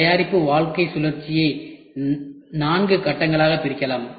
தயாரிப்பு வாழ்க்கைச் சுழற்சியை நான்கு கட்டங்களாக பிரிக்கலாம்